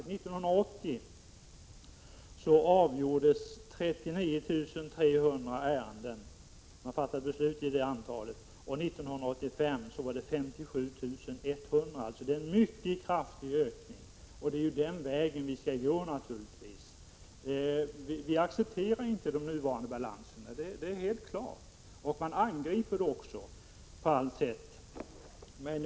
År 1980 fattades beslut i 39 300 ärenden, och 1985 var antalet avgjorda ärenden 57 100. Det är alltså fråga om en mycket kraftig 65 ökning. Och det är naturligtvis den vägen vi skall gå. Vi accepterar inte de nuvarande balanserna — det är helt klart. Och man angriper också detta problem på allt sätt.